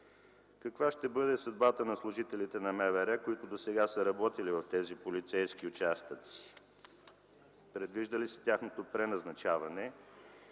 Каква ще бъде съдбата на служителите на МВР, които досега са работили в тези полицейски участъци? Предвижда ли се тяхното преназначаване